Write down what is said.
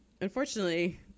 unfortunately